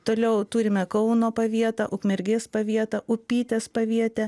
toliau turime kauno pavietą ukmergės pavietą upytės pavietę